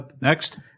Next